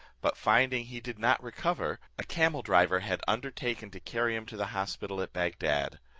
but finding he did not recover, a camel-driver had undertaken to carry him to the hospital at bagdad.